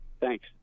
Thanks